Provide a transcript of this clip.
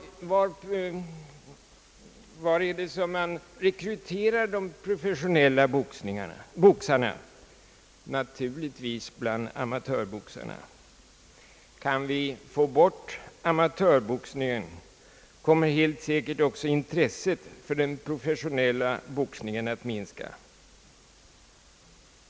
Var är det som man rekryterar de professionella boxarna? Naturligtvis bland amatörboxarna. Kan vi få bort amatörboxningen, kommer helt säkert också intresset för den professionella boxningen att minska.